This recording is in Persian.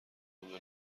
اونجا